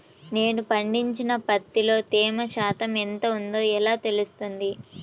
నేను పండించిన పత్తిలో తేమ శాతం ఎంత ఉందో ఎలా తెలుస్తుంది?